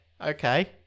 okay